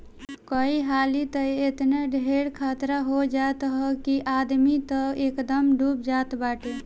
कई हाली तअ एतना ढेर खतरा हो जात हअ कि आदमी तअ एकदमे डूब जात बाटे